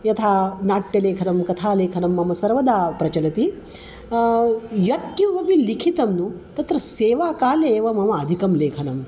यथा नाट्यलेखनं कथालेखनं मम सर्वदा प्रचलति यत्किमपि लिखितं नु तत्र सेवाकाले एव मम अधिकं लेखनं